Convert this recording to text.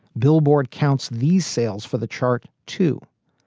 billboard counts these sales for the chart, too.